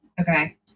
Okay